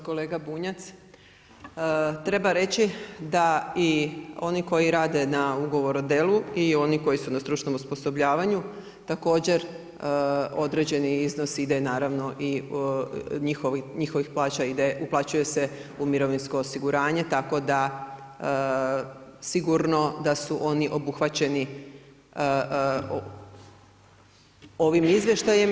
Poštovani kolega Bunjac, treba reći da i oni koji rade na ugovor o djelu i oni koji su na stručnom osposobljavanju također određeni iznos ide i naravno, njihovih plaća ide, uplaćuje se u mirovinsko osiguranje tako da sigurno da su oni obuhvaćeni ovim izvještajem.